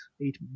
eight